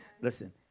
Listen